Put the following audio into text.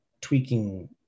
tweaking